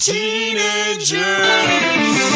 Teenagers